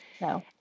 No